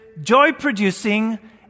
joy-producing